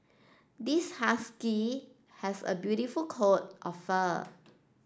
this Husky has a beautiful coat of fur